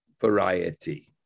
variety